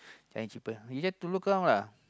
Giant cheaper you get to look around lah